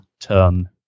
term